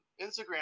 Instagram